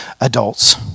adults